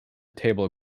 table